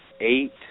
eight